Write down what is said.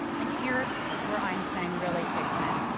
and here's where einstein really kicks in.